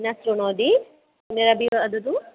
न शृणोति पुनरपि वदतु